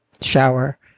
shower